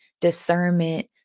discernment